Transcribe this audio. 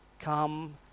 Come